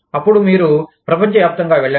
అప్పుడు మీరు ప్రపంచవ్యాప్తంగా వెళ్ళండి